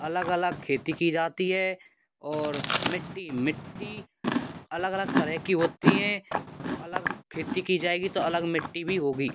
अलग अलग खेती की जाती है और मिट्टी मिट्टी अलग अलग तरह की होती हैं अलग खेती की जाएगी तो अलग मिट्टी भी होगी